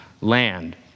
land